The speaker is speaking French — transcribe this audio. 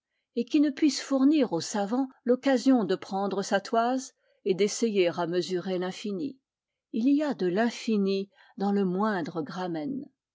et qui ne puisse fournir au savant l'occasion de prendre sa toise et d'essayer à mesurer l'infini il y a de l'infini dans le moindre